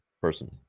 person